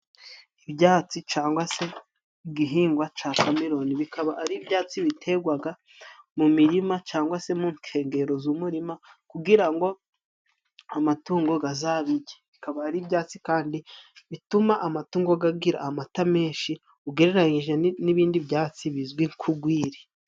Ibyatsi cangwa se igihingwa ca kameruni, bikaba ari ibyatsi bitegwaga mu nkengero z'umurima, kugira ngo amatungo gazabirye. Bikaba ari ibyatsi kandi bituma amatungo gagira amata menshi ugereranije n'ibindi byatsi bizwi nk'ugwiri.